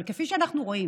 אבל כפי שאנחנו רואים